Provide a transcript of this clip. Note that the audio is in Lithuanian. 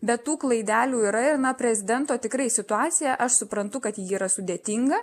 bet tų klaidelių yra ir na prezidento tikrai situacija aš suprantu kad ji yra sudėtinga